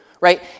right